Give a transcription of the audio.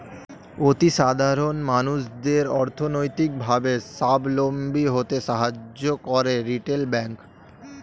অতি সাধারণ মানুষদের অর্থনৈতিক ভাবে সাবলম্বী হতে সাহায্য করে রিটেল ব্যাংক